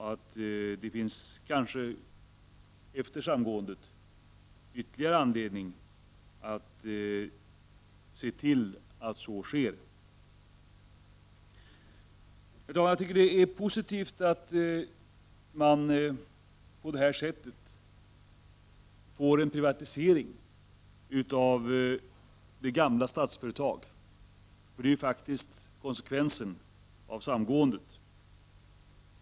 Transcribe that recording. Efter samgåendet finns det kanske ytterligare anledning att se till att så sker. 35 Herr talman! Det är positivt att man på det här sättet får en privatisering av det gamla Statsföretag, för det är ju konsekvensen av detta samgående.